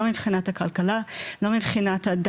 לא מבחינת הכלכלה,